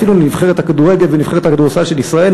אפילו נבחרת הכדורגל ונבחרת הכדורסל של ישראל,